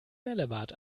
bällebad